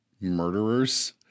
murderers